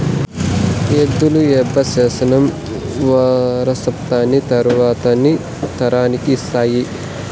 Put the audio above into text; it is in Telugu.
ఎద్దులు యాబై శాతం వారసత్వాన్ని తరువాతి తరానికి ఇస్తాయి